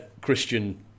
christian